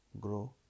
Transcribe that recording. grow